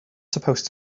supposed